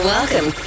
Welcome